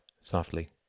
softly